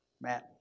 Matt